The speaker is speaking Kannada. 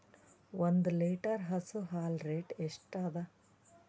ಒಂದ್ ಲೀಟರ್ ಹಸು ಹಾಲ್ ರೇಟ್ ಎಷ್ಟ ಅದ?